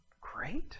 great